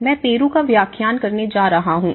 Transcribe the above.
मैं पेरू का व्याख्यान करने जा रहा हूं